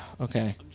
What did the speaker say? Okay